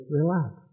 relax